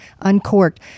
Uncorked